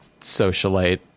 socialite